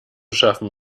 schaffen